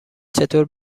چطور